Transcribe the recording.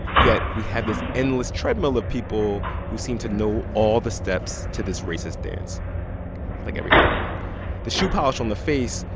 yet we have this endless treadmill of people who seem to know all the steps to this racist dance like every halloween the shoe polish on the face,